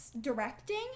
directing